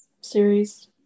series